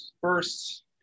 first